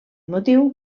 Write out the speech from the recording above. motiu